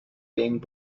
being